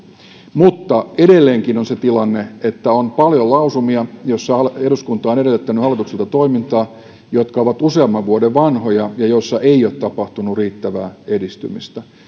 mutta edelleenkin on se tilanne että on paljon lausumia joissa eduskunta on edellyttänyt hallitukselta toimintaa jotka ovat useamman vuoden vanhoja ja joissa ei ole tapahtunut riittävää edistymistä